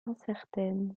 incertaine